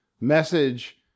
message